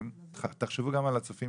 תחשבו גם על הצופים